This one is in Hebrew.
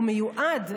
הוא מיועד,